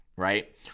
Right